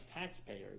taxpayers